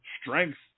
strength